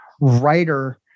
writer